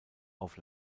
auf